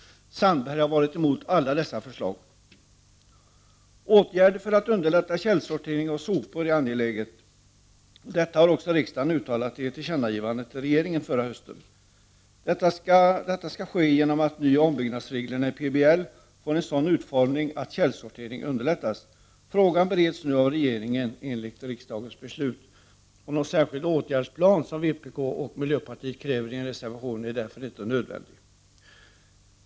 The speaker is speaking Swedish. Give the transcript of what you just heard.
Jan Sandberg har gått emot alla dessa förslag. Åtgärder för att underlätta källsortering av sopor är angelägna. Detta har också riksdagen uttalat i ett tillkännagivande till regeringen förra hösten. Det skall ske genom att nyoch ombyggnadsreglerna i PBL ges en sådan utformning att källsortering underlättas. Frågan bereds nu av regeringen enligt riksdagens beslut. Någon särskild åtgärdsplan av den typ som vpk och miljöpartiet kräver i en reservation är därför nu inte nödvändig.